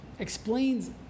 explains